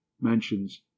mentions